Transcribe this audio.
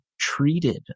treated